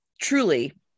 truly